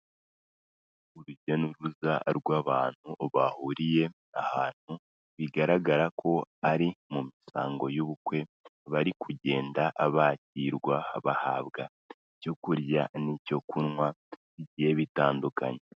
Urujya n'uruza rw'abantu bahuriye ahantu bigaragara ko ari mu misango y'ubukwe, bari kugenda bakirwa bahabwa icyo kurya n'icyo kunywa bigiye bitandukanye.